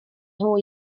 nhw